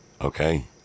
okay